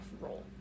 role